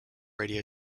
radio